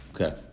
Okay